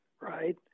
right